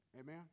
Amen